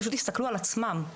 פשוט הסתכלו על עצמם,